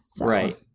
Right